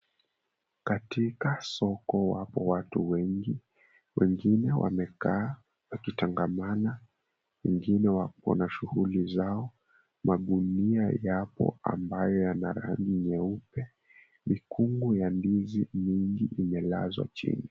Katika soko wapo watu wengi wengine wamekaa wakitangamana wengine wako shughuli zao, magunia yapo ambayo yana rangi nyeupe. Mikungu ya ndizi mingi imelazwa chini.